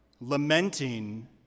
lamenting